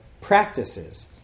practices